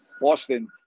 Boston